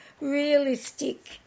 realistic